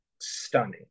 stunning